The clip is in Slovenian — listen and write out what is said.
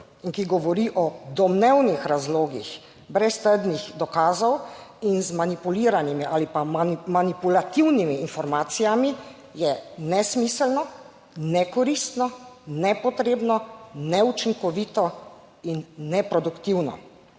in ki govori o domnevnih razlogih brez trdnih dokazov in z zmanipuliranimi ali pa manipulativnimi informacijami je nesmiselno, nekoristno, nepotrebno, neučinkovito in neproduktivno.